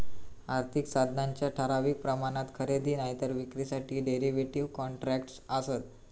आर्थिक साधनांच्या ठराविक प्रमाणात खरेदी नायतर विक्रीसाठी डेरीव्हेटिव कॉन्ट्रॅक्टस् आसत